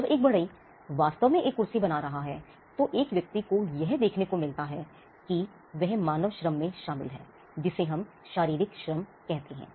जब एक बढ़ई वास्तव में एक कुर्सी बना रहा है तो एक व्यक्ति को यह देखने को मिलता है कि वह मानव श्रम में शामिल है जिसे हम शारीरिक श्रम कहते हैं